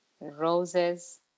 roses